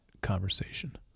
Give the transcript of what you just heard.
conversation